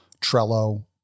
Trello